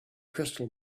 crystal